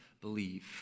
believe